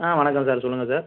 ஆ வணக்கம் சார் சொல்லுங்கள் சார்